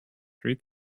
three